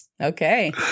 Okay